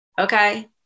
okay